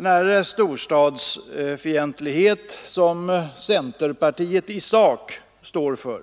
Den storstadsfientlighet, som centerpartiet i sak står för,